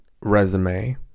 resume